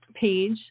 page